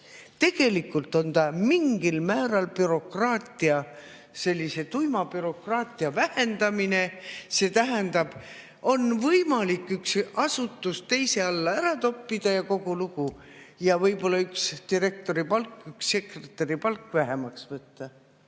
Tegelikult on see mingil määral sellise tuima bürokraatia vähendamine, see tähendab, et on võimalik üks asutus teise alla ära toppida ja kogu lugu, võib-olla üks direktori palk ja üks sekretäri palk vähemaks võtta.